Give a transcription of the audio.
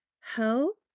Help